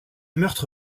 meurtre